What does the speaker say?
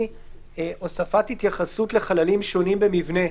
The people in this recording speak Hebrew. הוספת התייחסות לחללים שונים במבנה.